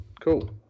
Cool